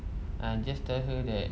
I will just tell her that